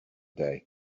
day